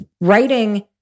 writing